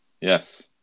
Yes